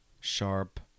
sharp